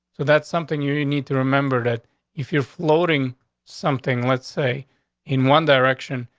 so that's something you need to remember that if you're floating something, let's say in one direction.